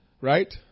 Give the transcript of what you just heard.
right